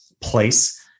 place